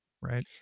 Right